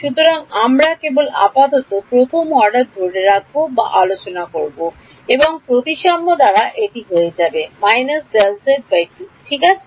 সুতরাং আমরা কেবল আপাতত প্রথম অর্ডার ধরে ধরে রাখব বা আলোচনা করবো এবং প্রতিসাম্য দ্বারা এটি হয়ে যাবে ঠিক আছে